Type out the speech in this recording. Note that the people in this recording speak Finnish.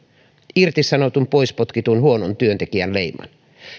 irtisanotun pois potkitun huonon työntekijän leiman